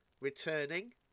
returning